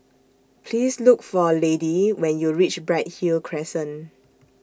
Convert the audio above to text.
Please Look For Lady when YOU REACH Bright Hill Crescent